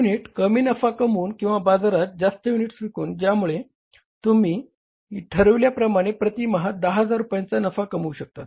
प्रति युनिट कमी नफा कमवून किंवा बाजारात जास्त युनिट्स विकून ज्यामुळे तुम्ही ठरविल्या प्रमाणे प्रती महा 10000 रुपयांचा नफा कमवू शकतात